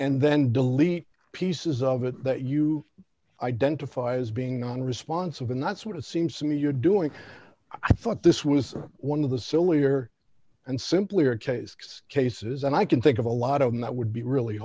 and then delete pieces of it that you identify as being on responsive and that's what it seems to me you're doing i thought this was one of the sillier and simply or six cases and i can think of a lot of them that would be really